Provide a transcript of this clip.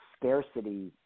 scarcity